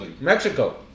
Mexico